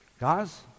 Guys